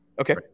Okay